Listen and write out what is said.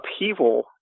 upheaval